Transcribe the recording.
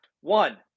One